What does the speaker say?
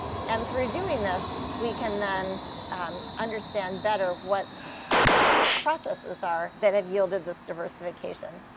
and through doing this, we can then um understand better what the processes are that have yielded this diversification.